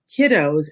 kiddos